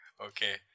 okay